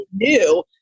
new